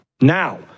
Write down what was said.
now